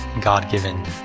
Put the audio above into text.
God-given